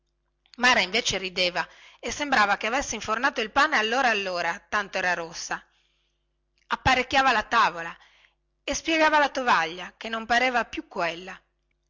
mara invece rideva e sembrava che avesse infornato il pane allora allora tanto era rossa apparecchiava la tavola e spiegava la tovaglia che non pareva più quella